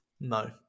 No